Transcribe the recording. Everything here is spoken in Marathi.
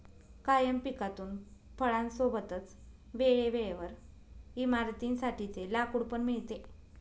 कायम पिकातून फळां सोबतच वेळे वेळेवर इमारतीं साठी चे लाकूड पण मिळते